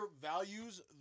values